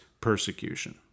persecution